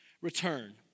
return